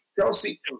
Chelsea